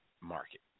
market